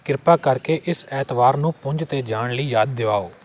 ਕਿਰਪਾ ਕਰਕੇ ਇਸ ਐਤਵਾਰ ਨੂੰ ਪੁੰਜ 'ਤੇ ਜਾਣ ਲਈ ਯਾਦ ਦਿਵਾਓ